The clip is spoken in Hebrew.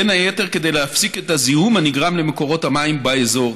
בין היתר כדי להפסיק את הזיהום הנגרם למקורות המים באזור